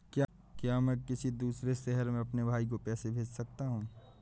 क्या मैं किसी दूसरे शहर में अपने भाई को पैसे भेज सकता हूँ?